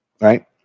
Right